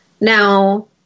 Now